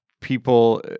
people